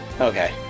Okay